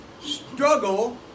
struggle